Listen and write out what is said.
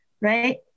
right